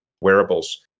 wearables